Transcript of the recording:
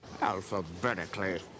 Alphabetically